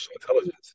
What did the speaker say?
intelligence